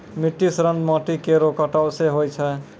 मिट्टी क्षरण माटी केरो कटाव सें होय छै